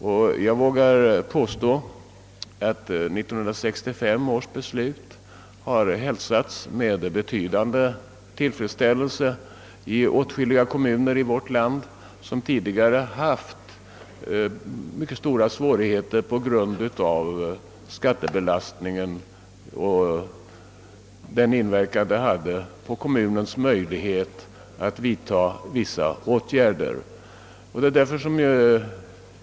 Och jag vågar påstå att 1965 års beslut har hälsats med stor tillfredsställelse i åtskilliga kommuner, där man tidigare på grund av skattebelastningen har haft svårigheter att vidta åtgärder av olika slag.